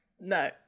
No